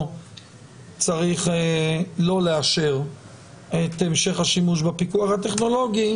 צריך לא לאשר את המשך השימוש בפיקוח הטכנולוגי